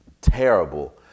terrible